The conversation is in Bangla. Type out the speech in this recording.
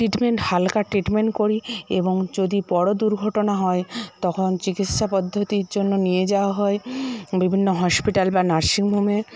ট্রিটমেন্ট হালকা ট্রিটমেন্ট করি এবং যদি বড়ো দুর্ঘটনা হয় তখন চিকিৎসা পদ্ধতির জন্য নিয়ে যাওয়া হয় বিভিন্ন হসপিটাল বা নার্সিং হোমে